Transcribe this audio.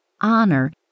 honor